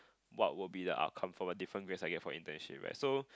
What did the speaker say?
what will be the outcome from a different grades I get from internship eh so